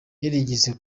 yarigeze